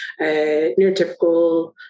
neurotypical